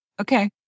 Okay